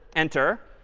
enter.